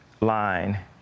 line